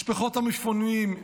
משפחות המפונים,